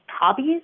hobbies